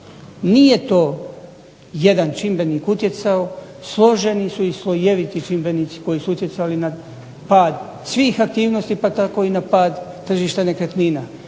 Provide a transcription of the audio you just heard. Nije to jedan čimbenik utjecao, složeni su i slojeviti čimbenici koji su utjecali na pad svih aktivnosti pa tako i na pad tržišta nekretnina.